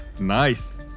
Nice